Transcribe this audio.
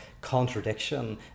contradiction